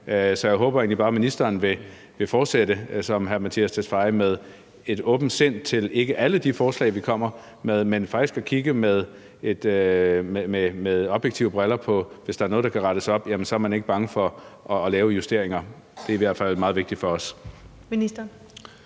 Så jeg håber egentlig bare, at ministeren vil fortsætte som sin forgænger og om ikke have et åbent sind over for alle de forslag, vi kommer med, så faktisk kigge med objektive briller på, om der er noget, der kan rettes op, og ikke er bange for at lave justeringer. Det er i hvert fald meget vigtigt for os.